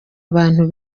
abantu